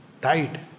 Died